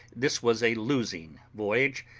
this was a losing voyage,